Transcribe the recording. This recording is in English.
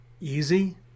easy